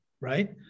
right